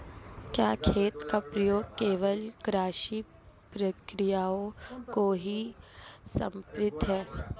क्या खेत का प्रयोग केवल कृषि प्रक्रियाओं को ही समर्पित है?